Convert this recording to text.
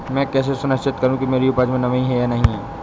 मैं कैसे सुनिश्चित करूँ कि मेरी उपज में नमी है या नहीं है?